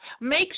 Make